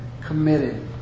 committed